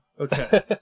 Okay